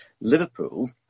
Liverpool